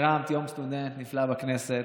הרמת יום סטודנט נפלא בכנסת,